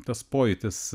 tas pojūtis